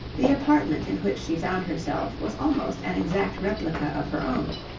the apartment in which she found herself was almost an exact replica of her own,